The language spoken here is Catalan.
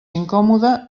incòmode